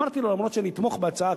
שגם אם אני אתמוך בהצעה,